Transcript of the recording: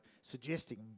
suggesting